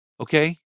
Okay